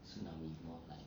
tsunami more like